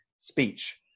speech